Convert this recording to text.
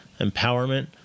empowerment